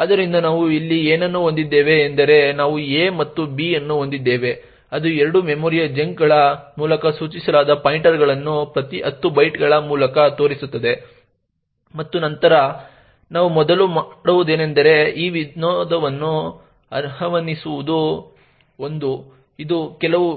ಆದ್ದರಿಂದ ನಾವು ಇಲ್ಲಿ ಏನನ್ನು ಹೊಂದಿದ್ದೇವೆ ಎಂದರೆ ನಾವು a ಮತ್ತು b ಅನ್ನು ಹೊಂದಿದ್ದೇವೆ ಅದು ಎರಡು ಮೆಮೊರಿಯ ಚಂಕ್ಗಳ ಮೂಲಕ ಸೂಚಿಸಲಾದ ಪಾಯಿಂಟರ್ಗಳನ್ನು ಪ್ರತಿ 10 ಬೈಟ್ಗಳ ಮೂಲಕ ತೋರಿಸುತ್ತದೆ ಮತ್ತು ನಂತರ ನಾವು ಮೊದಲು ಮಾಡುವುದೇನೆಂದರೆ ಈ ವಿನೋದವನ್ನು ಆಹ್ವಾನಿಸುವುದು 1 ಇದು ಕೆಲವು